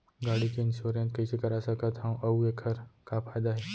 गाड़ी के इन्श्योरेन्स कइसे करा सकत हवं अऊ एखर का फायदा हे?